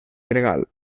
gregal